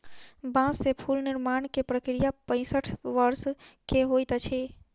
बांस से फूल निर्माण के प्रक्रिया पैसठ वर्ष के होइत अछि